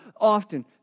often